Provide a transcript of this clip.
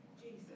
Jesus